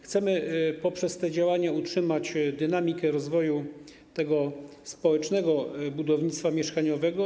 Chcemy poprzez to działanie utrzymać dynamikę rozwoju społecznego budownictwa mieszkaniowego.